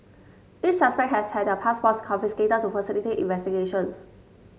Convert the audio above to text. each suspect has had their passports confiscated to facilitate investigations